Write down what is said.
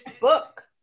book